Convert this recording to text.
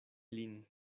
lin